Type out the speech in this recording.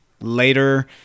later